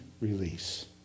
release